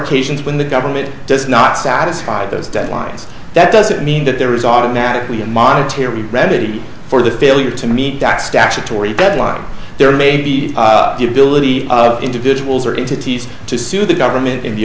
occasions when the government does not satisfy those deadlines that doesn't mean that there is automatically a monetary ready for the failure to meet that statutory deadline there may be the ability of individuals or entities to sue the government in the